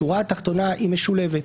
השורה התחתונה היא משולבת.